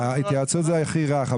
ההתייעצות זה הכי רך,